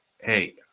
hey